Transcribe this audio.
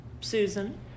Susan